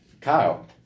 Kyle